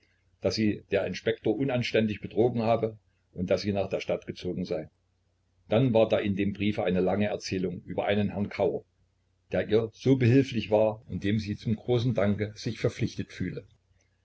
daß sie der inspektor unanständig betrogen habe und daß sie nach der stadt gezogen sei dann war da in dem briefe eine lange erzählung über einen herrn kauer der ihr so behilflich war und dem sie zum großen danke sich verpflichtet fühle